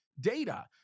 data